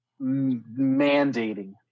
mandating